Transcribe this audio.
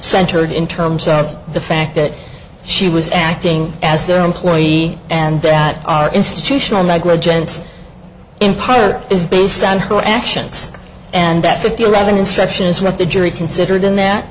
centered in terms of the fact that she was acting as their employee and that our institutional negligence in pyar is based on her actions and that fifty reading instruction is what the jury considered and that